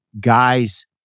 guy's